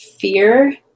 fear